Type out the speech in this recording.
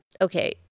Okay